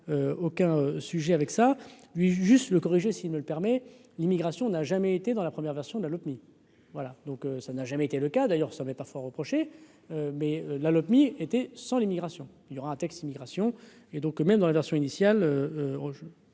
aucun sujet avec ça, oui, juste le corriger si il ne le permet, l'immigration n'a jamais été dans la première version de la Lopmi voilà, donc ça n'a jamais été le cas d'ailleurs, ça m'est parfois reproché mais la Lopmi était sans l'immigration il y aura un texte immigration et donc même dans la version initiale